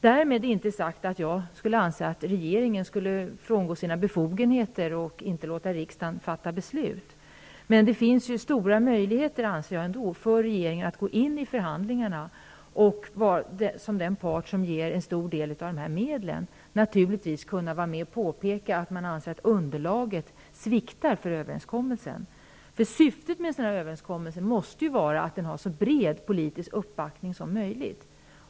Därmed inte sagt att jag skulle anse att regeringen skulle frångå sina befogenheter och inte låta riksdagen fatta beslut. Men jag anser att det ändå finns stora möjligheter för regeringen att, som den part som ger en stor del av medlen, gå in i förhandlingarna och kunna påpeka att man anser att underlaget för överenskommelsen sviktar. Syftet med en sådan överenskommelse måste ju vara att den har så bred politisk uppbackning som möjligt.